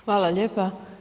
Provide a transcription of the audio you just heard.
Hvala lijepa.